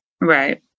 Right